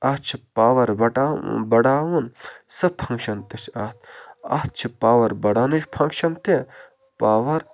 اَتھ چھِ پاوَر بَٹہٕ بَڑاوُن سٔہ فَنٛکشَن تہِ چھِ اَتھ اَتھ چھِ پاوَر بڑاونٕچۍ فَنٛکشَن تہِ پاوَر